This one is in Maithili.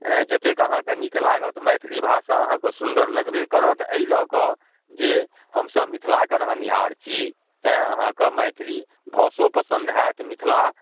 एँ जतेक अहाँके नीक लागत मैथिली भाषा अहाँके सुन्दर लगबे करत एहि लऽ कऽ जे हमसब मिथिलाके रहनिहार छी तेँ अहाँके मैथिली भाषो पसन्द हैत मिथिला